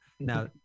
Now